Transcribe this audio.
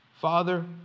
Father